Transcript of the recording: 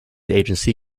agency